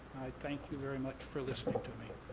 thank you very much for listening to me.